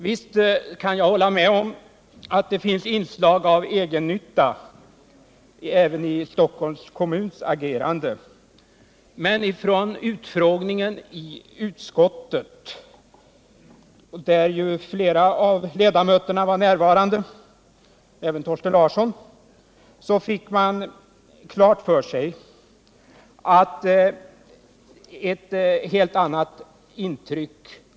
Visst kan jag hålla med om att det finns inslag av egennytta även i Stockholms kommuns agerande, men från utfrågningen i utskottet, där ju flera av ledamöterna var närvarande, och även Thorsten Larsson, fick man ett helt annat intryck.